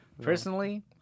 Personally